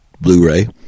Blu-ray